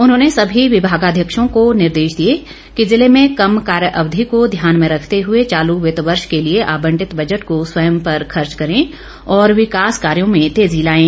उन्होंने सभी विभागाध्यक्षों को निर्देश दिए कि जिले में कम कार्य अवधि को ध्यान में रखते हए चालू वित्त वर्ष के लिए आंबटित बजट को स्वयं पर खर्च करें और विकास कार्यो में तेजी लाएं